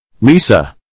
Lisa